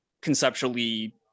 conceptually